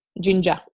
ginger